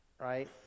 right